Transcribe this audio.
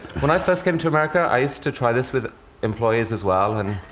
when i first came to america, i used to try this with employees as well and